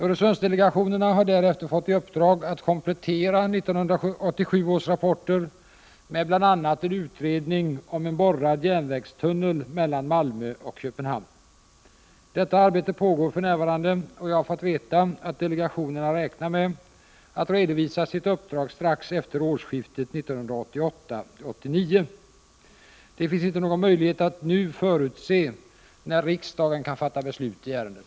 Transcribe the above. Öresundsdelegationerna har därefter fått i uppdrag att komplettera 1987 års rapporter med bl.a. en utredning om en borrad järnvägstunnel mellan Malmö och Köpenhamn. Detta arbete pågår för närvarande, och jag har fått veta att delegationerna räknar med att redovisa sitt uppdrag strax efter årskiftet 1988-1989. Det finns inte någon möjlighet att nu förutse när riksdagen kan fatta beslut i ärendet.